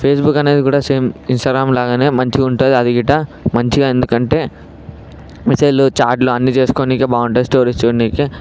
Facebook అనేది కూడా same Instagram లాగానే మంచిగా ఉంటుంది అది గిట్ట మంచిగా ఎందుకంటే మెసేజ్లు చాట్లు అన్నీ చేసుకోనికి బాగుంటుంది స్టోరీస్ చూడడానికి